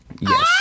Yes